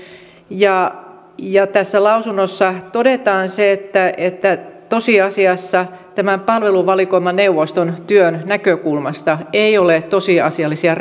ja ja tässä lausunnossa todetaan se että että tosiasiassa tämän palveluvalikoimaneuvoston työn näkökulmasta ei ole tosiasiallisia